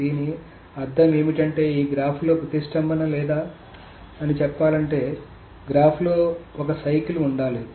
దీని అర్థం ఏమిటంటే ఈ గ్రాఫ్లో ప్రతిష్టంభన ఉందా లేదా అని చెప్పాలంటే గ్రాఫ్లో ఒక సైకిల్ ఉండాలి